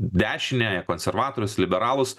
dešiniąją konservatorius liberalus